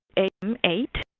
am eight.